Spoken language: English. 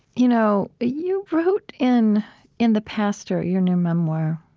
you know you wrote in in the pastor, your new memoir,